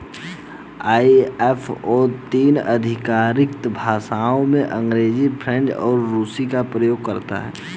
ISO तीन आधिकारिक भाषाओं अंग्रेजी, फ्रेंच और रूसी का प्रयोग करता है